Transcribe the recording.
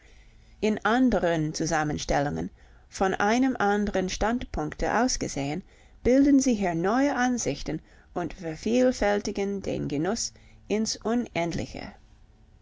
in anderen zusammenstellungen von einem anderen standpunkte aus gesehen bilden sie hier neue ansichten und vervielfältigen den genuß ins unendliche